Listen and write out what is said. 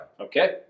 Okay